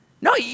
No